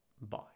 Bye